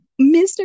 Mr